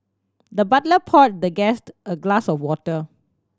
the butler poured the guest a glass of water